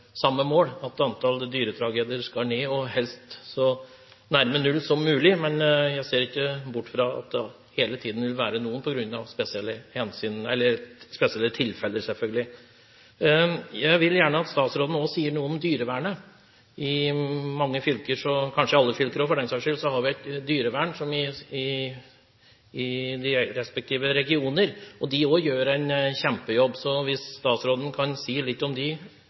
helst så nær null som mulig – men jeg ser ikke bort fra at det hele tiden vil være noen, på grunn av spesielle tilfeller, selvfølgelig. Jeg vil gjerne at statsråden også sier noe om dyrevernet. I mange fylker – kanskje i alle fylker, for den saks skyld – har vi et dyrevern som i de respektive regioner. De gjør også en kjempejobb. Hvis statsråden kan si litt om